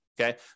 Okay